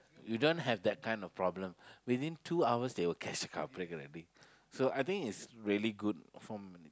you don't have that kind of problem within two hours they will catch the culprit already so I think it's really good from